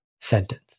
sentence